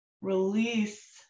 release